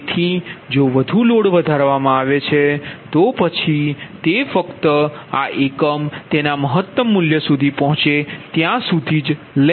તેથી જો વધુ લોડ વધારવામાં આવે છે તો પછી તે ફક્ત આ એકમ તેના મહત્તમ મૂલ્ય સુધી પહોંચે ત્યાં સુધી જ લેશે